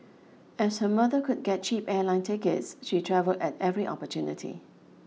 as her mother could get cheap airline tickets she travel at every opportunity